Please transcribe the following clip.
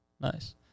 Nice